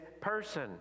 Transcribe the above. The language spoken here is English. person